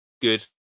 good